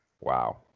wow